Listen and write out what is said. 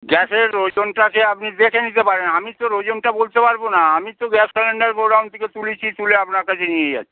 গ্যাসের ওজনটা যে আপনি দেখে নিতে পারেন আমি তো ওর ওজনটা বলতে পারব না আমি তো গ্যাস সিলিন্ডার গোডাউন থেকে তুলেছি তুলে আপনার কাছে নিয়ে যাচ্ছি